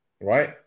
right